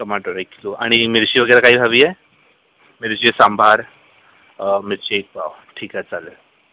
टमाटर एक किलो आणि मिरची वगैरे काही हवी आहे मिरची सांबार मिरची एक पाव ठीक आहे चालेल